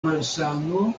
malsano